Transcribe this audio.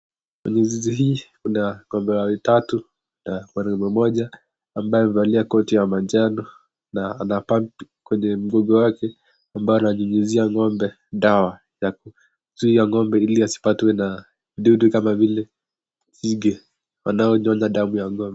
Zizi hii kuna ng'ombe watatu na mwanaume mmoja ambaye amevalia koti ya manjano na anapampu kwenye mgongo wake, amabaye ananyunyizia ngombe dawa ya kuzuia ngombe ili asipatwe na dudu kama vile nzige wanaonyonya damu ya ngombe.